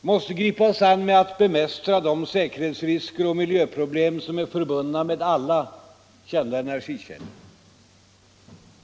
Vi måste gripa oss an med att bemästra de säkerhetsrisker och miljöproblem som är förbundna med alla kända energikällor.